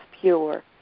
pure